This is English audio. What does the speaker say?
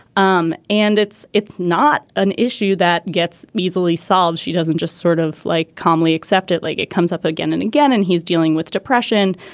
um and it's it's not an issue that gets easily solved she doesn't just sort of like calmly accept it like it comes up again and again and he's dealing with depression.